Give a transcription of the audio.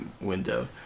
window